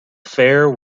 fare